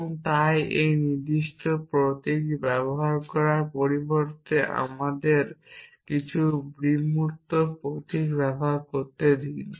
এবং তাই এই নির্দিষ্ট প্রতীক ব্যবহার করার পরিবর্তে আমাকে এখানে কিছু বিমূর্ত প্রতীক ব্যবহার করতে দিন